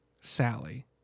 Sally